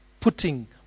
putting